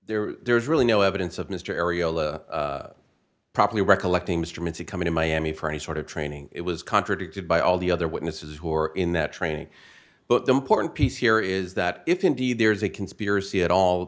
there there's really no evidence of mr ariel properly recollecting instruments in coming to miami for any sort of training it was contradicted by all the other witnesses who are in that training but the important piece here is that if indeed there is a conspiracy at all